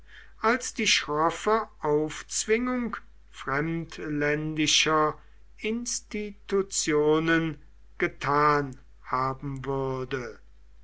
als die schroffe aufzwingung fremdländischer institutionen getan haben würde